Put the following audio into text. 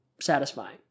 satisfying